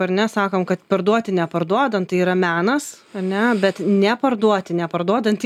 ar ne sakom kad parduoti neparduodant tai yra menas ane bet neparduoti neparduodant